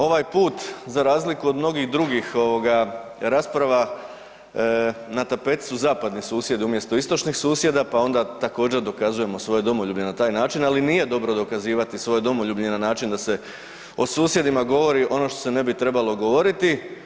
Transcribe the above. Ovaj put za razliku od mnogih drugih rasprava na tepeti su zapadni susjedi umjesto istočnih susjeda pa onda također dokazujemo svoje domoljublje na taj način, ali nije dobro dokazivati svoje domoljublje na način da se o susjedima govori ono što se ne bi trebalo govoriti.